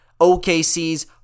OKC's